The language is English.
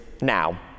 now